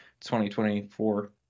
2024